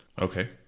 Okay